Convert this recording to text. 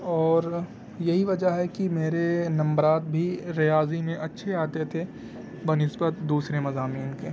اور یہی وجہ ہے کہ میرے نمبرات بھی ریاضی میں اچھے آتے تھے بہ نسبت دوسرے مضامین کے